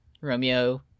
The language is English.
Romeo